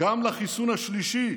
גם לחיסון השלישי,